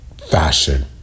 fashion